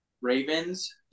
Ravens